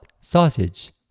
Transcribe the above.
sausage